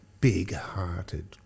big-hearted